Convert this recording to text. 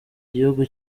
igihugu